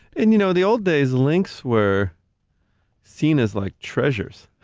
and you know, the old days, links were seen as like treasures.